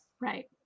Right